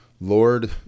Lord